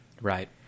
right